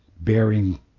Bearing